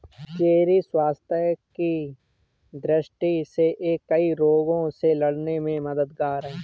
cherry स्वास्थ्य की दृष्टि से यह कई रोगों से लड़ने में मददगार है